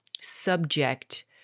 subject